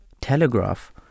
Telegraph